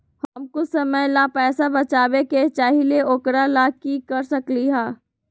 हम कुछ समय ला पैसा बचाबे के चाहईले ओकरा ला की कर सकली ह?